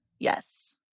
Yes